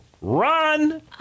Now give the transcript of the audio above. Run